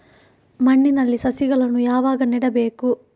ಮಣ್ಣಿನಲ್ಲಿ ಸಸಿಗಳನ್ನು ಯಾವಾಗ ನೆಡಬೇಕು?